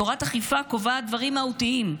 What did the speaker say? תורת אכיפה קובעת דברים מהותיים,